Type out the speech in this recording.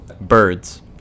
birds